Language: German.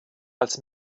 als